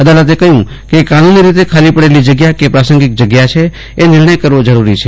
અદાલતે કહ્યું કે કાનૂની રીતે પડેલી જગ્યા છે કે પ્રાસંગિક જગ્યા છે એ નિર્ણય કરવો જરૂરી છે